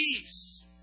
Peace